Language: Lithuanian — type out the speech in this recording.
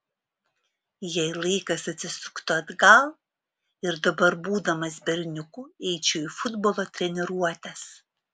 jei laikas atsisuktų atgal ir dabar būdamas berniuku eičiau į futbolo treniruotes